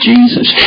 Jesus